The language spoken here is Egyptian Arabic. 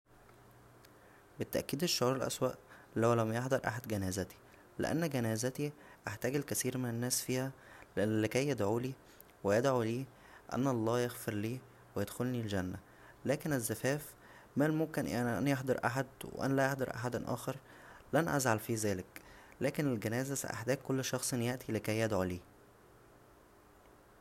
بالتاكيد الشعور الاسوا لو لم يحضر احد جنازتى لان جنازتى هحتاج الكثير من الناس فيها لكى يدعولى و يدعو لى ان الله يغفر لى و يدخلنى الجنه لكن الزفاف من الممكن ان يحضر احد و ان لا يحضر احد اخر لن ازعل فى ذلك لكن الجنازه ساحتاج كل شخص ان ياتى لكى يدعو لى